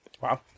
Wow